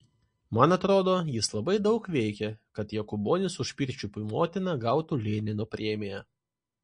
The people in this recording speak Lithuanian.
man atrodo jis labai daug veikė kad jokūbonis už pirčiupių motiną gautų lenino premiją